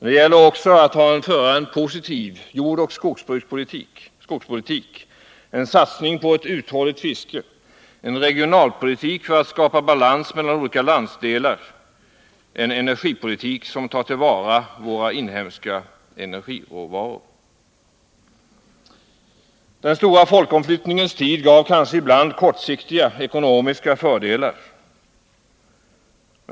Det gäller också att föra en positiv jordoch skogspolitik, att satsa på ett uthålligt fiske samt, att föra en energipolitik som innebär att vi tar till vara våra inhemska energiråvaror samt att föra en regionalpolitik som syftar till att skapa balans mellan olika landsdelar. Den stora folkomflyttningens tid innebar kanske ibland kortsiktiga ekonomiska fördelar.